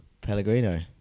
Pellegrino